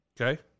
Okay